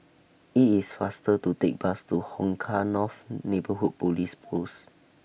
IT IS faster to Take Bus to Hong Kah North Neighbourhood Police Post